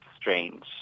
strange